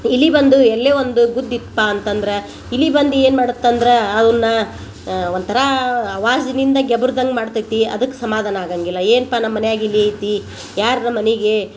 ಇಲಿ ಬಂದು ಎಲ್ಲೆ ಒಂದು ಗುದ್ದಿದ್ಪಾ ಅಂತಂದ್ರೆ ಇಲಿ ಬಂದು ಏನು ಮಾಡುತ್ತಂದ್ರೆ ಅವ್ನ ಒಂಥರ ವಾಝಿನಿಂದ ಗೆಬ್ರ್ದಂಗ ಮಾಡ್ತೈತಿ ಅದಕ್ಕೆ ಸಮಾಧಾನ ಆಗಂಗಿಲ್ಲ ಏನ್ಪ ನಮ್ಮ ಮನೆಯಾಗೆ ಇಲಿ ಐತಿ ಯಾರ್ರರ ಮನೆಗೆ